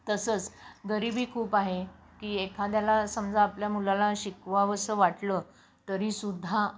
तसंच गरिबी खूप आहे की एखाद्याला समजा आपल्या मुलाला शिकवावंसं वाटलं तरीसुद्धा